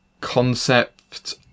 concept